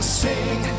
sing